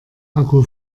akku